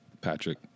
Patrick